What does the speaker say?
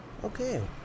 Okay